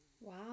Wow